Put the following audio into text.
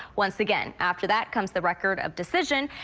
once again, after that comes the record of decision.